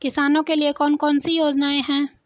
किसानों के लिए कौन कौन सी योजनाएं हैं?